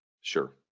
Sure